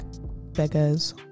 beggars